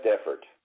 effort